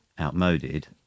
outmoded